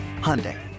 Hyundai